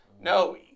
No